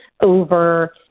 over